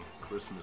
Christmas